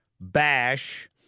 bash